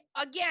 again